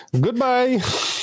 Goodbye